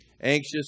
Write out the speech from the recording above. anxious